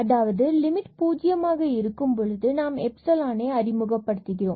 அதாவது லிமிட் பூஜ்ஜியமாக இருக்கும் பொழுது நாம் எப்சலானை அறிமுகப்படுத்துகிறோம்